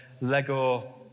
Lego